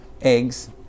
eggs